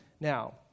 now